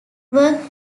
work